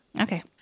Okay